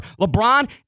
LeBron